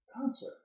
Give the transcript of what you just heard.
concert